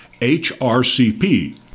HRCP